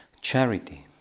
charity